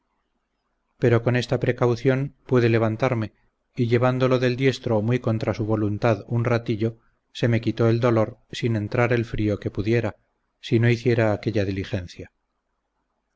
pero con esta precaución pude levantarme y llevándolo del diestro muy contra su voluntad un ratillo se me quitó el dolor sin entrar el frío que pudiera si no hiciera aquella diligencia